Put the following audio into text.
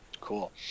Cool